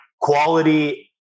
quality